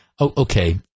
Okay